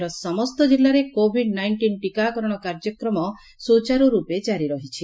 ରାଜ୍ୟର ସମସ୍ତ ଜିଲ୍ଲାରେ କୋଭିଡ ନାଇକ୍କିନ ଟୀକାକରଣ କାର୍ଯ୍ୟକ୍ରମ ସୁଚାରର୍ପେ ଜାରି ରହିଛି